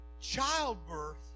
childbirth